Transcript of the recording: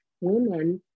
women